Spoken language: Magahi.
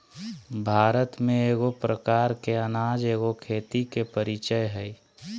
भारत में एगो प्रकार के अनाज एगो खेती के परीचय हइ